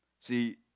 See